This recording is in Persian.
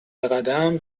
بقدم